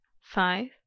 five